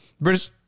British